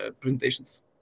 presentations